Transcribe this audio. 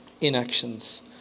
inactions